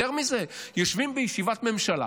יותר מזה, יושבים בישיבת ממשלה